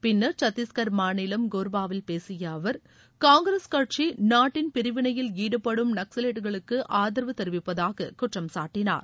பின்னர் சத்தீஸ்கர் மாநிலம் கோர்பாவில் பேசிய அவர் காங்கிரஸ் கட்சி நாட்டின் பிரிவினையில் ாடுபடும் நக்சலைட்டுகளுக்கு ஆதரவு தெரிவிப்பதாக குற்றம் சாட்டினார்